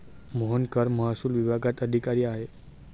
मोहन कर महसूल विभागात अधिकारी आहे